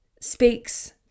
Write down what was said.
speaks